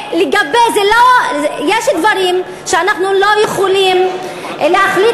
יש דברים שאנחנו לא יכולים להחליט